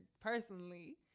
personally